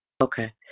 Okay